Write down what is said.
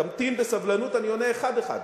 תמתין בסבלנות, אני עונה אחד-אחד.